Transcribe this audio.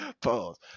Pause